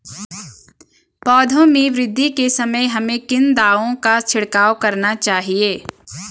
पौधों में वृद्धि के समय हमें किन दावों का छिड़काव करना चाहिए?